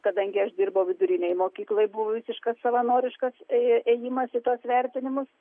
kadangi aš dirbau vidurinėj mokykloj buvo visiškas savanoriškas ėjimas į tuos vertinimus